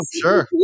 Sure